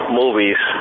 movies